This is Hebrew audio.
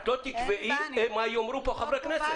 את לא תקבעי מה יאמרו פה חברי כנסת.